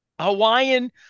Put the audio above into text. hawaiian